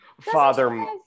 Father